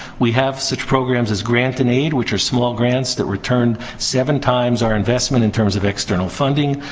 we have such programs as grant-in-aid, which are small grants that return seven times our investment in terms of external funding.